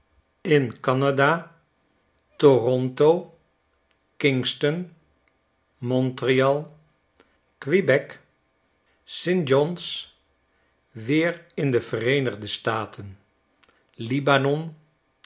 in canada toronto kingston montreal j quebec st john's weer in de vereenigde staten libanon